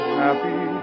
happy